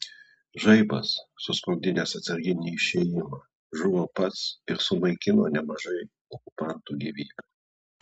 žaibas susprogdinęs atsarginį išėjimą žuvo pats ir sunaikino nemažai okupantų gyvybių